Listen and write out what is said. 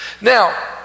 now